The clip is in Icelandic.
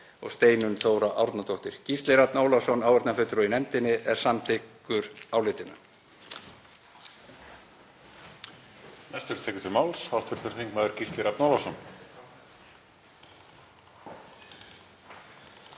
og Steinunn Þóra Árnadóttir. Gísli Rafn Ólafsson, áheyrnarfulltrúi í nefndinni, er samþykkur álitinu.